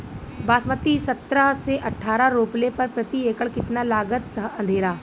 बासमती सत्रह से अठारह रोपले पर प्रति एकड़ कितना लागत अंधेरा?